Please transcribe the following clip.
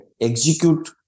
execute